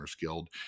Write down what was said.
Guild